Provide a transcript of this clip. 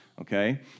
okay